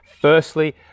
firstly